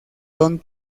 don